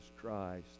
christ